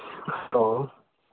hello